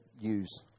use